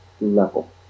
level